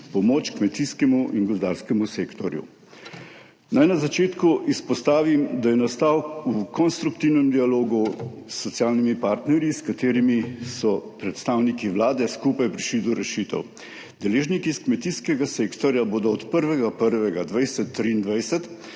pomoč kmetijskemu in gozdarskemu sektorju. Naj na začetku izpostavim, da je nastal v konstruktivnem dialogu s socialnimi partnerji, s katerimi so predstavniki Vlade skupaj prišli do rešitev. Deležniki s kmetijskega sektorja bodo lahko od 1. 1. 2023